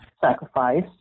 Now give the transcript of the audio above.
sacrifice